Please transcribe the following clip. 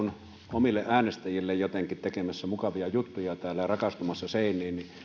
omille äänestäjillemme jotenkin tekemässä mukavia juttuja täällä ja rakastumassa seiniin